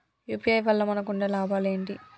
UPI వల్ల మనకు ఉండే లాభాలు ఏంటి?